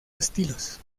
estilos